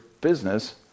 business